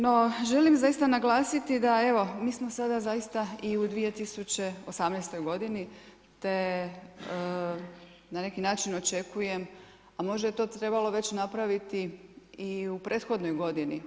No želim zaista naglasiti da evo, mi smo sada zaista i u 2018. godini te na neki način očekujem, a možda je to trebalo već napraviti i u prethodnoj godini.